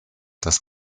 das